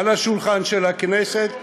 על השולחן של הכנסת,